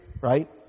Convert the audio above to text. right